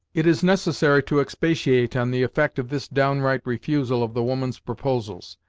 it is unnecessary to expatiate on the effect of this downright refusal of the woman's proposals.